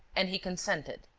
and he consented?